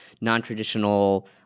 non-traditional